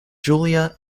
julia